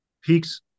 peaks